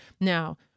now